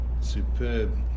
superb